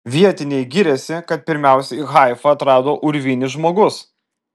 vietiniai giriasi kad pirmiausiai haifą atrado urvinis žmogus